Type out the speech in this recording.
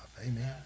Amen